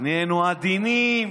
נהיינו עדינים,